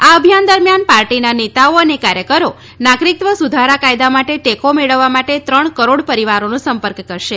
આ અભિયાન દરમિયાન પાર્ટીના નેતાઓ અને કાર્યકરો નાગરિકત્ત્વ સુધારા કાયદા માટે ટેકો મેળવવા માટે ત્રણ કરોડ પરિવારોનો સંપર્ક કરશે